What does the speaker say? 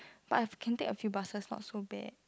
but I've can take a few buses not so bad